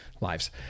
lives